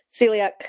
celiac